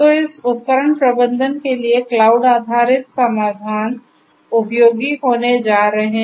तो इस उपकरण प्रबंधन के लिए क्लाउड आधारित समाधान उपयोगी होने जा रहे हैं